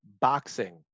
Boxing